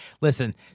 listen